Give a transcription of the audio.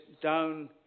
Down